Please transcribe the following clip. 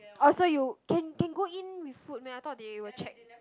orh so you can can go in with food meh I thought they will check